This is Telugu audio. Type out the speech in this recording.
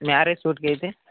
మ్యారేజ్ స్యూట్ కి అయితే